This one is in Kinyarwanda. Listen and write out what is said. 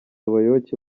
abayoboke